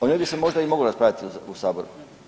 O njoj bi se možda i moglo raspravljati u Saboru.